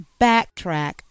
backtrack